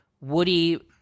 Woody